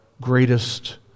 greatest